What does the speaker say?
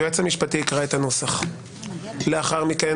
היסוד, לאחר מכן